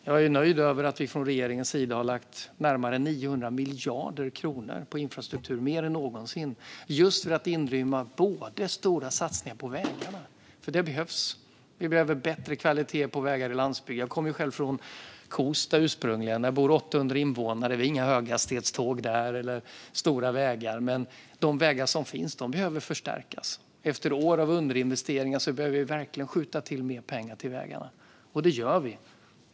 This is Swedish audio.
Jag är nöjd med att vi från regeringen har lagt närmare 900 miljarder kronor på infrastruktur - mer än någonsin - just för att inrymma stora satsningar på vägarna. Det behövs. Vi behöver bättre kvalitet på vägar på landsbygden. Jag kommer ursprungligen från Kosta där det bor 800 invånare. Det är inga höghastighetståg eller stora vägar där. Men de vägar som finns behöver förstärkas. Efter år av underinvesteringar behöver vi verkligen skjuta till mer pengar till vägarna, och det gör vi.